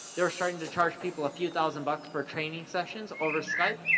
they were starting to charge people a few thousand bucks for training sessions over skype,